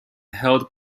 held